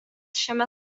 šiame